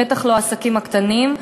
בטח לא העסקים הקטנים,